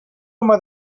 home